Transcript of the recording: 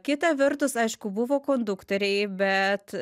kita vertus aišku buvo konduktoriai bet